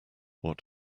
what